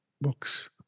books